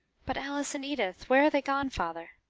but alice and edith where are they gone, father?